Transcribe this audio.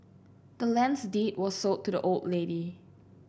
the land's deed was sold to the old lady